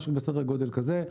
משהו בסדר גודל כזה,